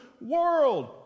world